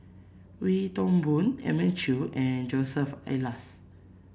Wee Toon Boon Elim Chew and Joseph Elias